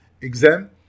exam